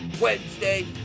Wednesday